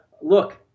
look